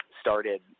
started